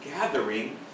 gathering